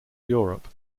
europe